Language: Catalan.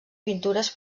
pintures